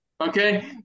okay